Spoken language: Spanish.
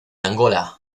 angola